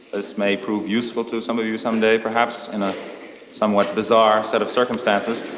this may prove useful to some of you some day, perhaps, in a somewhat bizarre set of circumstances.